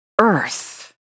Earth